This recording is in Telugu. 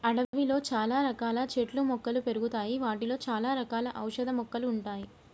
అడవిలో చాల రకాల చెట్లు మొక్కలు పెరుగుతాయి వాటిలో చాల రకాల ఔషధ మొక్కలు ఉంటాయి